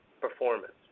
performance